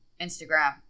Instagram